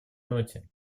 ноте